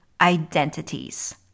identities